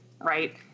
Right